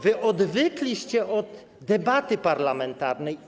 Wy odwykliście od debaty parlamentarnej.